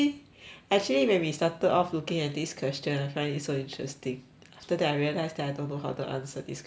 actually when we started off looking at this question I find it so interesting after that I realised that I don't know how to answer this question too